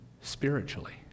spiritually